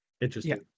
interesting